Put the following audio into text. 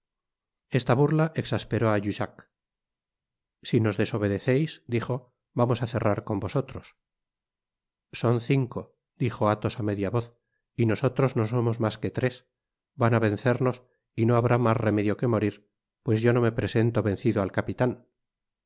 esta burla exasperó á jussac si nos desobedeceis dijo vamos á cerrar con vosotros son cinco dijo athos á media voz y nosotros no somos mas que tres van á vencernos y no habrá mas remedio que morir pues yo no me presento vencido al capitan athos porthos y